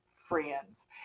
friends